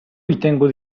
ritengo